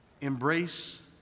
embrace